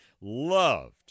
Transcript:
loved